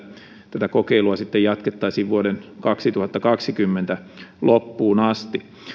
tätä kokeilua sitten jatkettaisiin vuoden kaksituhattakaksikymmentä loppuun asti